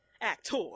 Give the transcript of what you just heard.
actor